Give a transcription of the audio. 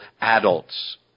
adults